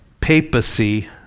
papacy